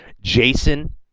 Jason